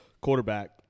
quarterback